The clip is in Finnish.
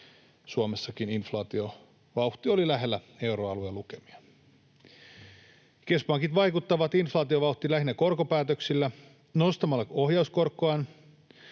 Suomessakin inflaatiovauhti oli lähellä euroalueen lukemia. Keskuspankit vaikuttavat inflaatiovauhtiin lähinnä korkopäätöksillä, nostamalla ohjauskorkoaan.